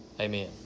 Amen